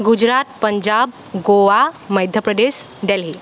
Gujarat Punjab Goa Madhya Pradesh Delhi